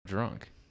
Drunk